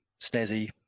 snazzy